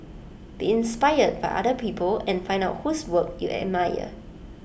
be inspired by other people and find out whose work you admire